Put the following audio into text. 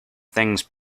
things